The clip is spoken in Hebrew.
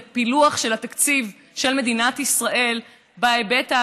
את הפילוח של התקציב של מדינת ישראל בהיבט המגדרי,